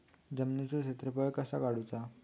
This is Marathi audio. जमिनीचो क्षेत्रफळ कसा काढुचा?